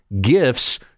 gifts